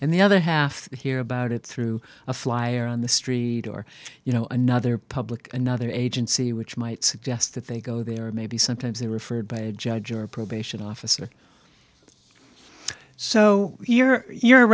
and the other half hear about it through a flyer on the street or you know another public another agency which might suggest that they go there maybe sometimes they're referred by a judge or a probation officer so you're you're a